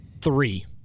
three